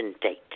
date